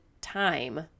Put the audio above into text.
time